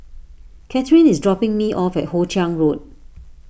Cathrine is dropping me off at Hoe Chiang Road